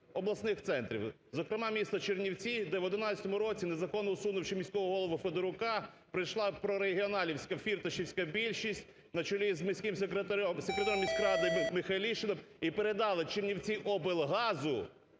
обласних центрів? Зокрема, місто Чернівці, де в 2011 році, незаконно усунувши міського голову Федорука прийшла прорегіоналівська, фірташівська більшість, на чолі з міським секретарем міськради Михайлішиним і передали "Чернівціоблгаз"